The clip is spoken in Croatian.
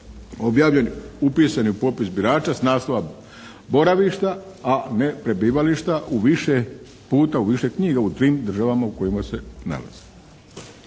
objavljeni, upisani u popis birača s naslova boravišta, a ne prebivališta u više puta u više knjiga u tim državama u kojima se nalazi.